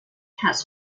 has